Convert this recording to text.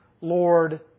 Lord